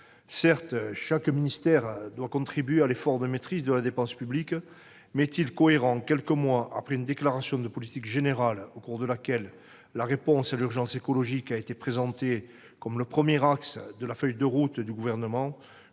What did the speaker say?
Certes, chaque ministère doit contribuer à l'effort de maîtrise de la dépense publique, mais est-il cohérent, quelques mois après une déclaration de politique générale au cours de laquelle la réponse à l'urgence écologique a été présentée comme étant « le premier axe de la feuille de route » du Gouvernement,